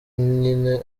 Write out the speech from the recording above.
nyine